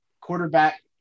quarterback